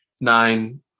nine